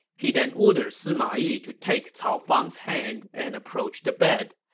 he then ordered sima yi to take cao fang's hand and approach the bed.